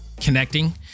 connecting